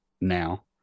now